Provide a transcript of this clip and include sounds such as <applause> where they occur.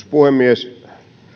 <unintelligible> puhemies